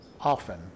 often